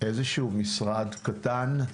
איזשהו משרד קטן,